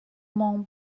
mont